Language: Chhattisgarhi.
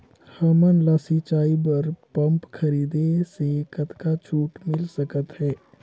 हमन ला सिंचाई बर पंप खरीदे से कतका छूट मिल सकत हे?